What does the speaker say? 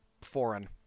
foreign